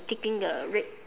taking the red